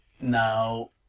Now